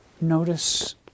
notice